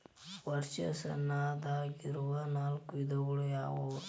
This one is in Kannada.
ವರ್ಷಾಶನದಾಗಿರೊ ನಾಲ್ಕು ವಿಧಗಳು ಯಾವ್ಯಾವು?